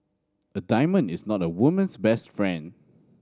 a diamond is not a woman's best friend